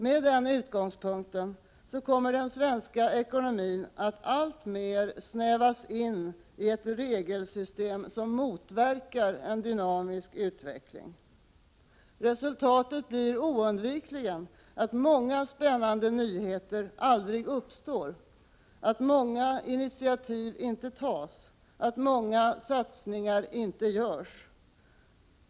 Med den utgångspunkten kommer den svenska ekonomin att alltmer snävas in i ett regelsystem som motverkar en dynamisk utveckling. Resultatet blir oundvikligen att många spännande nyheter aldrig uppstår, att många initiativ inte tas, att många satsningar inte görs.